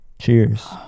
Cheers